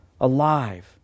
alive